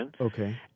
Okay